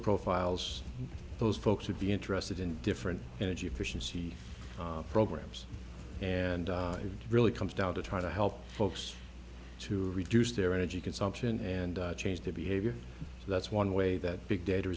profiles those folks would be interested in different energy efficiency programs and it really comes down to try to help folks to reduce their energy consumption and change their behavior so that's one way that big data